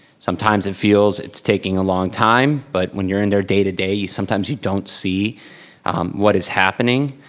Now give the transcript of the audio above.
sometimes it feels it's taking a long time but when you're in there day to day sometimes you don't see what is happening.